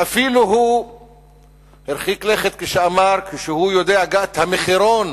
ואפילו הרחיק לכת ואמר שהוא יודע את המחירון